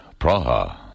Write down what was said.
Praha